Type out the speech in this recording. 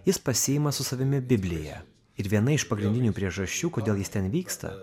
jis pasiima su savimi bibliją ir viena iš pagrindinių priežasčių kodėl jis ten vyksta